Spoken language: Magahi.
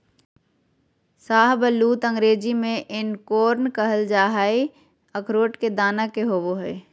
शाहबलूत अंग्रेजी में एकोर्न कहल जा हई, अखरोट के दाना के होव हई